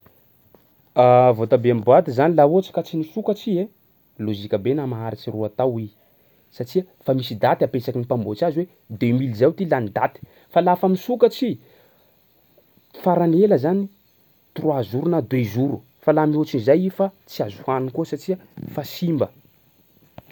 Voatabia am'boaty zany laha ohatsy ka tsy nisokatra i ai, lôjika be na maharitsy roa tao i satsia fa misy daty apetsaky ny mpamboatry azy hoe deux mille zao ty lagny daty fa lafa misokatsa i, farany ela zany trois jours na deux jours fa laha mihoatsin'zay i fa tsy azo hohany koa satsia fa simba